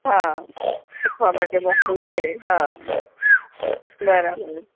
હા સીખવા માટે મોકલીએ હા બરાબર